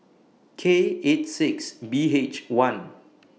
K eight six B H one